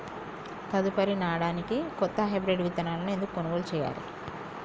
తదుపరి నాడనికి కొత్త హైబ్రిడ్ విత్తనాలను ఎందుకు కొనుగోలు చెయ్యాలి?